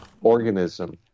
organism